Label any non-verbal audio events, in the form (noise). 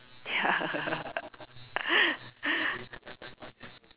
ya (laughs)